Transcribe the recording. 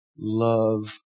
love